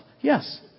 yes